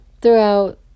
throughout